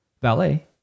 ballet